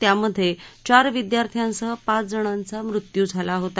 त्यामधे चार विद्यार्थ्यांसह पाच जणांचा मृत्यू झाला होता